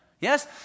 Yes